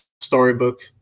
storybook